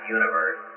universe